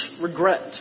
regret